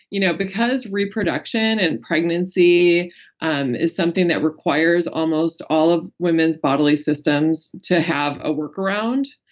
you know because reproduction and pregnancy um is something that requires almost all of women's bodily systems to have a workaround,